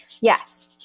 Yes